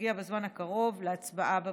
שיגיע בזמן הקרוב להצבעה במליאה.